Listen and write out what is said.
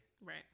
Right